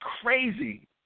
Crazy